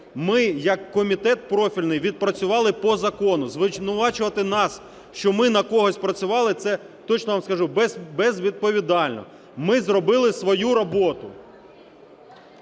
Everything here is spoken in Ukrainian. ми як комітет профільний відпрацювали по закону. Звинувачувати нас, що ми на когось працювали, – це, точно вам скажу, безвідповідально. Ми зробили свою роботу.